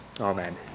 amen